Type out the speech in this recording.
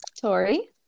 Tori